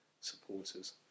supporters